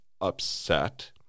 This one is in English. upset